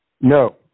No